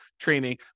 training